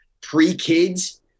pre-kids